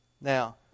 Now